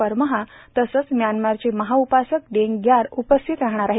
परमहा तसंच म्यानमारचे महाउपासक डेंग ग्यार उपस्थित राहणार आहेत